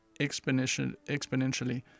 exponentially